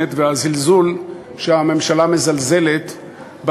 המפורסמת והזלזול של הממשלה בציבור.